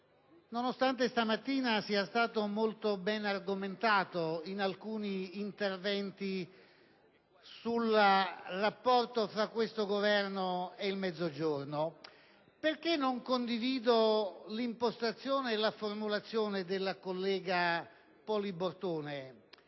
nonostante stamattina sia stato molto ben argomentato in alcuni interventi il rapporto tra questo Governo e il Mezzogiorno. Perché non condivido l'impostazione e la formulazione della collega Poli Bortone?